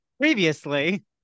previously